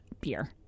beer